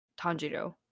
Tanjiro